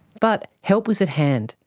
but help was at hand,